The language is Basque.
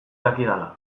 dakidala